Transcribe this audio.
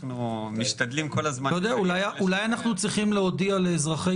אנחנו משתדלים כל הזמן --- אולי אנחנו צריכים להודיע לאזרחי